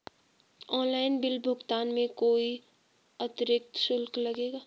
Online bill भुगतान में कोई अतिरिक्त शुल्क लगेगा?